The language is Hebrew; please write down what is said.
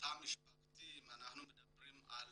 התא המשפחתי אם אנחנו מדברים על